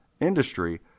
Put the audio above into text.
industry